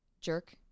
Jerk